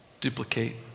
duplicate